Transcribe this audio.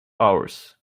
hours